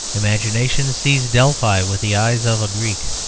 imagination sees delphi with the eyes of a greek,